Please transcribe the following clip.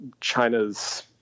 China's